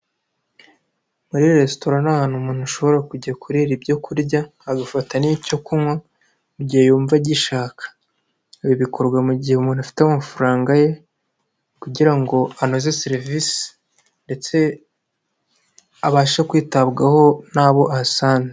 Muri resitora ni ahantu umuntu ashobora kujya kurira ibyo kurya agafata n'icyo kunywa mu gihe yumva agishaka. Ibi bikorwa mu gihe umuntu afite amafaranga ye kugira ngo anoze serivisi ndetse abashe kwitabwaho n'abo ahasanze.